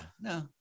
no